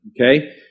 Okay